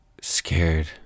scared